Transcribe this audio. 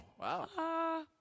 Wow